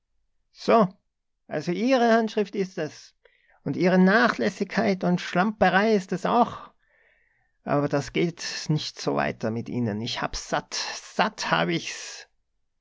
so also ihre handschrift ist es und ihre nachlässigkeit und schlamperei ist es auch aber das geht nicht so weiter mit ihnen ich hab's satt satt hab ich's